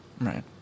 Right